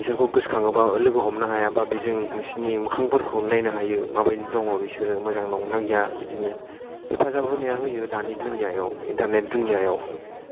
बिसोरखौ गोसो खाङोबा लोगो हमनो हायाबा बेजों बिसिनि मोखां फोरखौ नायनो हायो माबादि दङ बिसोरो मोजां दंना गैया बिदिनो हेफाजाब होनाया होयो दानि दुनियाआव इन्टारनेट दुनायायाव